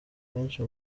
benshi